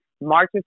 March